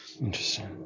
Interesting